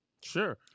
Sure